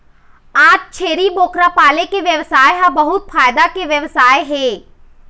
आज छेरी बोकरा पाले के बेवसाय ह बहुत फायदा के बेवसाय हे